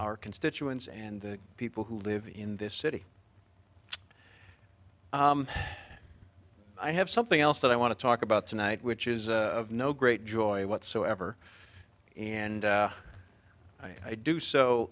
our constituents and people who live in this city i have something else that i want to talk about tonight which is no great joy whatsoever and i do so